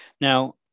Now